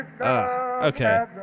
Okay